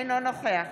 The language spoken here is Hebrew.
אינו נוכח